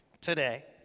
today